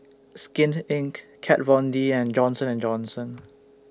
Skin Inc Kat Von D and Johnson and Johnson